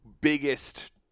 biggest